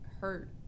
hurt